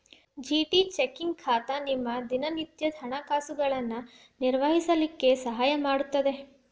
GT checking ಖಾತಾ ನಿಮ್ಮ ದಿನನಿತ್ಯದ ಹಣಕಾಸುಗಳನ್ನು ನಿರ್ವಹಿಸ್ಲಿಕ್ಕೆ ಸಹಾಯ ಮಾಡುತ್ತದೆ